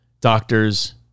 doctors